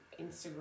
Instagram